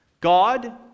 God